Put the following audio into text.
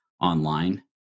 online